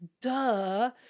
duh